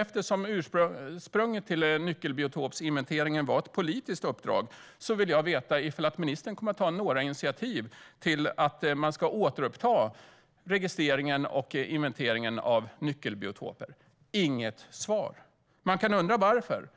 Eftersom ursprunget till nyckelbiotopsinventeringen var ett politiskt uppdrag ville jag också veta om ministern kommer att ta några initiativ till att registreringen och inventeringen av nyckelbiotoper ska återupptas. Jag fick inget svar. Man kan undra varför.